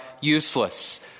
useless